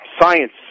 science